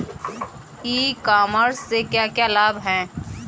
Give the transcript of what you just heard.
ई commerce से क्या क्या लाभ हैं?